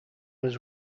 was